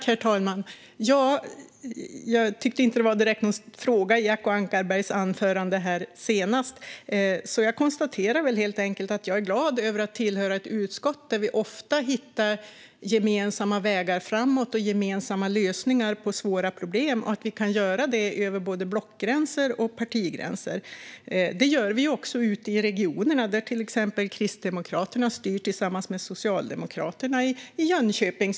Herr talman! Jag tyckte inte att det var någon direkt fråga i Acko Ankarberg Johanssons anförande här senast. Jag konstaterar helt enkelt att jag är glad över att tillhöra ett utskott där vi ofta hittar gemensamma vägar framåt och gemensamma lösningar på svåra problem och att vi kan göra det över både blockgränser och partigränser. Det gör vi också ute i regionerna. Där styr till exempel Kristdemokraterna tillsammans med Socialdemokraterna i Jönköping.